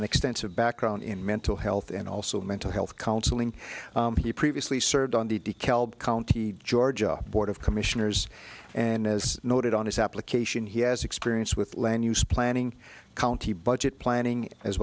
an extensive background in mental health and also mental health counseling he previously served on the de kalb county georgia board of commissioners and as noted on his application he has experience with land use planning county budget planning as